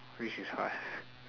this is hard